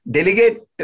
Delegate